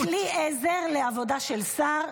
זה כלי עזר לעבודה של שר.